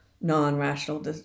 non-rational